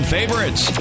favorites